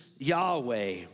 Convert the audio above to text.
Yahweh